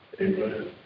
Amen